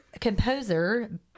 composer